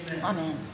Amen